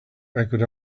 echoed